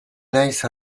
naiz